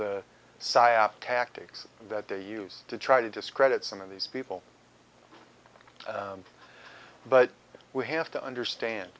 psyop tactics that they use to try to discredit some of these people but we have to understand